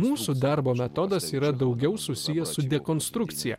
mūsų darbo metodas yra daugiau susijęs su dekonstrukcija